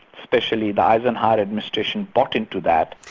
especially the eisenhower administration, bought into that.